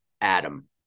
Adam